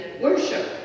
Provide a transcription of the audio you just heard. worship